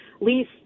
lease